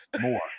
more